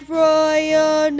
royal